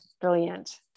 Brilliant